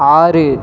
ஆறு